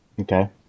Okay